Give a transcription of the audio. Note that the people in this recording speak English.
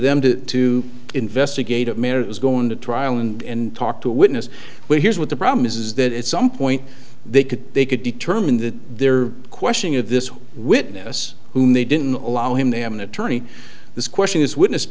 them to to investigate a marriage is going to trial and talk to a witness will here's what the problem is is that it's some point they could they could determine that their questioning of this witness who they didn't allow him they have an attorney this question is witness